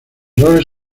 roles